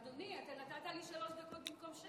אדוני, אתה נתת לי שלוש דקות במקום שש.